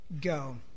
Go